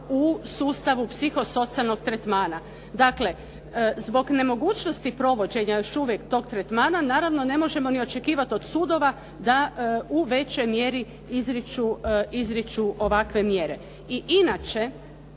u sustavu psihosocijalnog tretmana. Dakle, zbog nemogućnosti provođenja još uvijek tog tretmana naravno ne možemo ni očekivat od sudova da u većoj mjeri izriču ovakve mjere. I inače